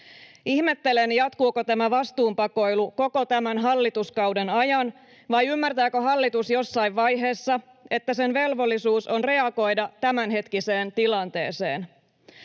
Ihmettelen, jatkuuko tämä vastuunpakoilu koko tämän hallituskauden ajan, vai ymmärtääkö hallitus jossain vaiheessa, että sen velvollisuus on reagoida tämänhetkiseen tilanteeseen?